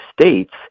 states